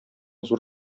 зур